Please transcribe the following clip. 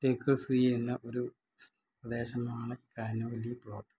തേക്കുകൾ സ്ഥിതി ചെയ്യുന്ന ഒരു പ്രദേശമാണ് കനോലി പ്ലോട്ട്